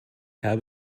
habe